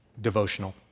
devotional